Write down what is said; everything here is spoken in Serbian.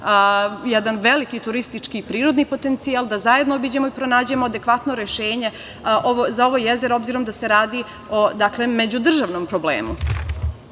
jedan veliki turistički i prirodni potencijal, da zajedno obiđemo i pronađemo adekvatno rešenje za ovo jezero, obzirom da se radi o međudržavnom problemu. Ono